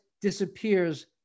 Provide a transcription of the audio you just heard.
disappears